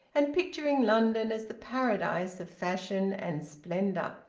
and picturing london as the paradise of fashion and splendour.